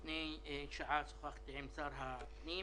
לפני שעה שוחחתי עם שר הפנים.